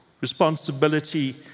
responsibility